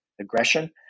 aggression